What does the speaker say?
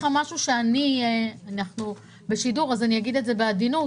אנחנו בשידור, אז אני אגיד בעדינות